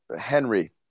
Henry